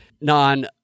non